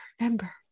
remember